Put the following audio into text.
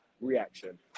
reaction